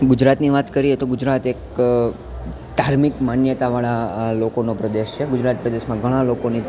ગુજરાતની વાત કરીએ તો ગુજરાત એક ધાર્મિક માન્યતાવાળાં લોકોનો પ્રદેશ છે ગુજરાત પ્રદેશમાં ઘણાં લોકોની